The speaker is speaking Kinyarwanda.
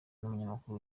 n’umunyamakuru